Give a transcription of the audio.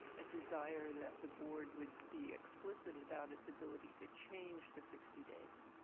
a desire that the board would be explicit about its ability to change the sixty days